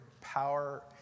power